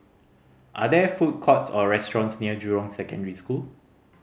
are there food courts or restaurants near Jurong Secondary School